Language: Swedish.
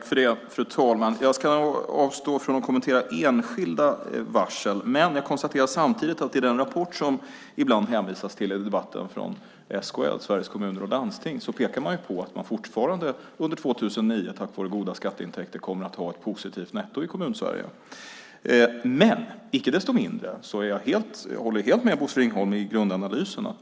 Fru talman! Jag ska avstå från att kommentera enskilda varsel, men jag konstaterar att i rapporten från SKL, Sveriges Kommuner och Landsting, som det ibland hänvisas till i debatten pekar man på att man fortfarande under 2009 tack vare goda skatteintäkter kommer att ha ett positivt netto i Kommun-Sverige. Men jag håller helt med Bosse Ringholm i grundanalysen.